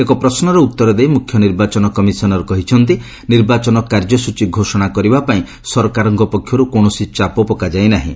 ଏକ ପ୍ରଶ୍ୱର ଉତ୍ତର ଦେଇ ମୁଖ୍ୟ ନିର୍ବାଚନ କମିଶନର୍ କହିଛନ୍ତି ନିର୍ବାଚନ କାର୍ଯ୍ୟସ୍ଚୀ ଘୋଷଣା କରିବା ପାଇଁ ସରକାରଙ୍କ ପକ୍ଷର୍ତ କୌଣସି ଚାପ ପକାଯାଇ ନାହିଁ